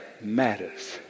matters